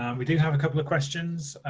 and we did have a couple of questions.